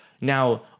Now